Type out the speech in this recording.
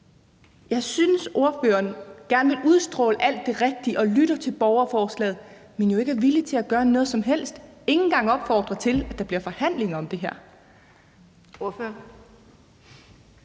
Jeg synes, at ordføreren gerne vil udstråle alt det rigtige og lytter til borgerforslaget, men jo ikke er villig til at gøre noget som helst, ikke engang at opfordre til, at der bliver forhandlinger om det her.